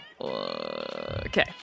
Okay